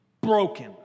broken